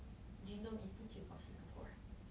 genome institute of Singapore